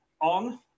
on